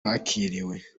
bakiriwe